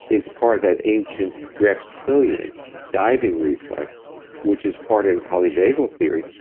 is part of that ancient reptilian diving reflex which is part in polyvagal theory,